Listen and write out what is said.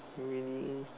really